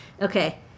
Okay